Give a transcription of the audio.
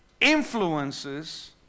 Influences